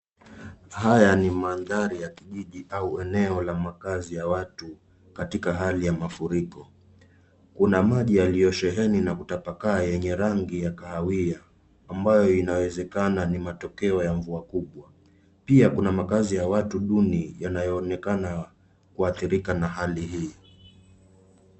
Haya ni mandhari ya kijiji au eneo la makazi ya watu katika hali ya mafuriko. Kuna maji yaliyosheheni na kutabakaa yenye rangi ya kahawia ambayo inawezekana ni matokeo ya mvua kubwa pia kuna makazi ya watu duni yanayoonekana kuathirika na hali hii.